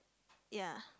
ya